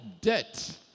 debt